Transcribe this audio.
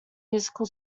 musical